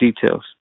details